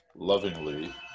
Lovingly